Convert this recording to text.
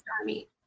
army